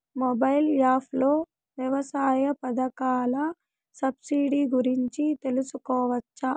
Mobile app లో వ్యవసాయ పథకాల సబ్సిడి గురించి తెలుసుకోవచ్చా?